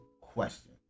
question